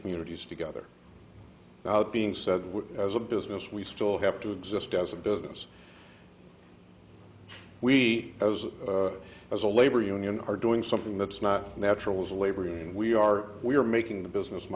communities together being said we as a business we still have to exist as a business we as a as a labor union are doing something that's not natural is labor and we are we are making the business